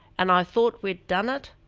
and i thought we'd done it,